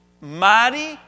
mighty